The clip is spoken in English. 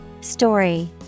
Story